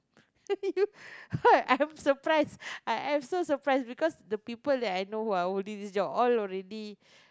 you what I'm surprised I am so surprised because the people that I know who holding this job all already